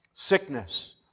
Sickness